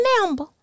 number